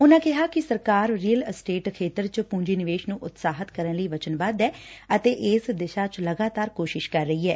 ਉਨੂਾ ਕਿਹਾ ਕਿ ਸਰਕਾਰ ਰਿਅਲ ਅਸਟੇਟ ਖੇਤਰ ਚ ਪੂੰਜੀ ਨਿਵੇਸ਼ ਨੂੰ ਉਤਸ਼ਾਹਿਤ ਕਰਨ ਲਈ ਵਚਨਬਧ ਐ ਅਤੇ ਇਸ ਦ੍ਸ਼ ਚ ਲਗਾਤਾਰ ਕੋਸ਼ਿਸ਼ ਕਰ ਰਹੀ ਐ